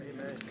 Amen